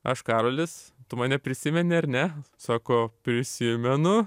aš karolis tu mane prisimeni ar ne sako prisimenu